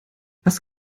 was